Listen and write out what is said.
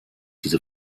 diese